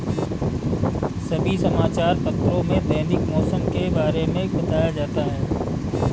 सभी समाचार पत्रों में दैनिक मौसम के बारे में बताया जाता है